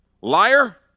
liar